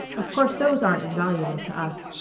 of course those aren't as valuable to us.